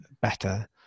better